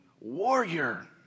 warrior